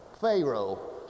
Pharaoh